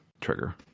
trigger